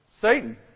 Satan